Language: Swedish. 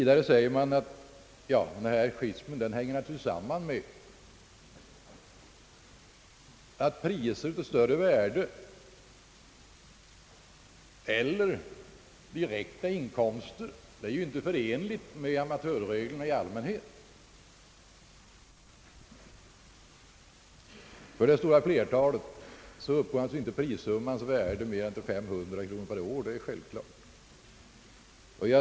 Denna schism hänger naturligtvis samman med att priser av större värde eller direkta inkomster ju inte är förenliga med amatörreglerna i allmänhet. För det stora flertalet uppgår prissummans värde naturligtvis inte till mer än 500 kronor per år, det är självklart.